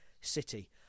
city